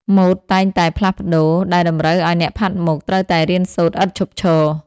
ម៉ូដតែងតែផ្លាស់ប្តូរ ដែលតម្រូវឱ្យអ្នកផាត់មុខត្រូវតែរៀនសូត្រឥតឈប់ឈរ។